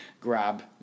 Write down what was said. grab